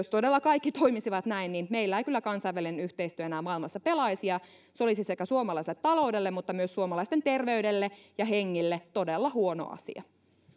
todella kaikki toimisivat näin niin meillä ei kyllä kansainvälinen yhteistyö enää maailmassa pelaisi ja se olisi sekä suomalaiselle taloudelle mutta myös suomalaisten terveydelle ja hengille todella huono asia